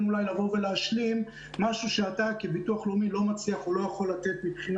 אולי להשלים משהו שאתה כביטוח לאומי לא מצליח או לא יכול לתת מבחינה